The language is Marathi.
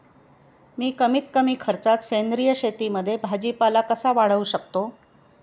मी कमीत कमी खर्चात सेंद्रिय शेतीमध्ये भाजीपाला कसा वाढवू शकतो?